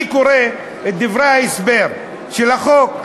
אני קורא את דברי ההסבר של החוק.